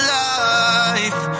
life